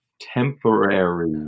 temporary